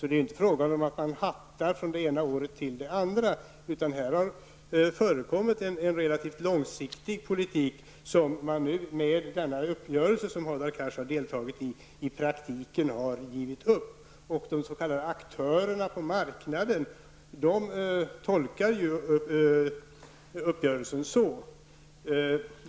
Det är inte fråga om att man hattar från det ena året till det andra. Här har det förekommit en relativt långsiktig politik, som man i praktiken har gett upp genom den uppgörelse som Hadar Cars har deltagit i. De s.k. aktörerna på marknaden tolkar uppgörelsen så.